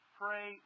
pray